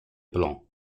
blanc